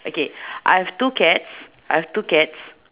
okay I have two cats I have two cats